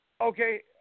Okay